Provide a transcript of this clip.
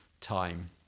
time